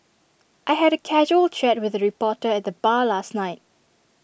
I had A casual chat with A reporter at the bar last night